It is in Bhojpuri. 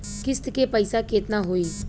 किस्त के पईसा केतना होई?